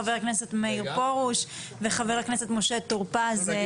ח"כ מאיר פרוש וח"כ משה טור-פז.